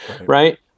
right